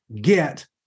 get